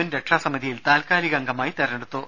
N രക്ഷാസമിതിയിൽ താൽകാലിക അംഗമായി തെരഞ്ഞെടുത്തു